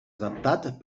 adaptat